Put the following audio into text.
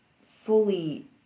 fully